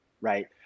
Right